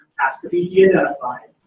has to be de-identified.